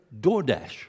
DoorDash